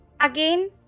Again